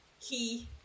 key